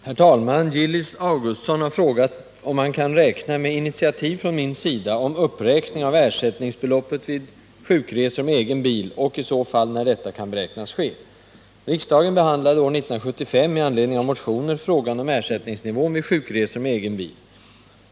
Herr talman! Gillis Augustsson har frågat om man kan räkna med initiativ från min sida om uppräkning av ersättningsbeloppet vid sjukresor med egen bil och, i så fall, när detta kan beräknas ske. Riksdagen behandlade år 1975, i anledning av motioner, frågan om ersättningsnivån vid sjukresor med egen bil.